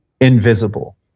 invisible